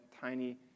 tiny